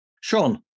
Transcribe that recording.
Sean